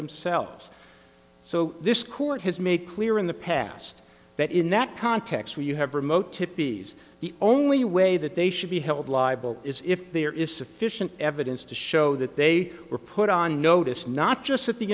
themselves so this court has made clear in the past that in that context when you have remote to ps the only way that they should be held liable is if there is sufficient evidence to show that they were put on notice not just that the